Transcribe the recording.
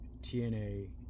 TNA